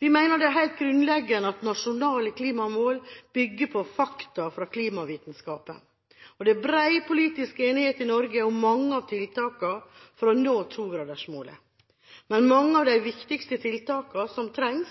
Vi mener det er helt grunnleggende at nasjonale klimamål bygger på fakta fra klimavitenskapen. Det er bred politisk enighet i Norge om mange av tiltakene for å nå 2-gradersmålet. Men mange av de viktigste tiltakene som trengs,